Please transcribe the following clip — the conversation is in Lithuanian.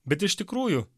bet iš tikrųjų